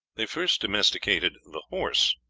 they first domesticated the horse,